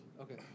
Okay